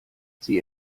sie